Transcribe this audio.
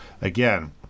again